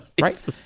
right